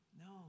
No